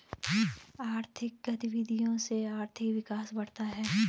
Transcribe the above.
आर्थिक गतविधियों से आर्थिक विकास बढ़ता है